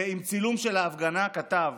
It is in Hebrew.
ועם צילום של ההפגנה כתב,